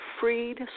freed